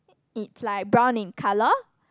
it's like brown in colour